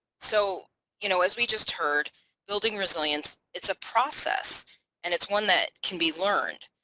so you know as we just heard building resilience it's a process and it's one that can be learned.